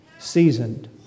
seasoned